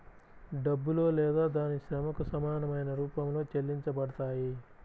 డబ్బులో లేదా దాని శ్రమకు సమానమైన రూపంలో చెల్లించబడతాయి